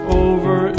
over